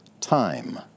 time